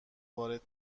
وارد